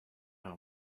are